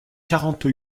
quarante